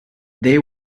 they